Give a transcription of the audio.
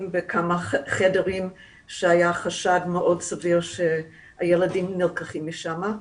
בכמה חדרים שהיה חשד מאוד סביר שהילדים נלקחים משם.